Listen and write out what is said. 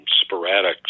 sporadic